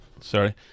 sorry